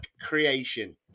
creation